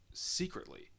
Secretly